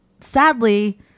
sadly